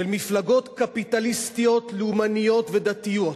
של מפלגות קפיטליסטיות, לאומניות ודתיות,